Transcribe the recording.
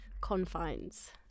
confines